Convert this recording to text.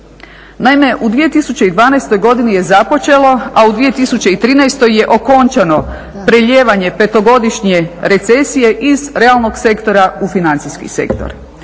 Naime, u 2012. godini je započelo a u 2013. je okončano prelijevanje petogodišnje recesije iz realnog sektora u financijski sektor,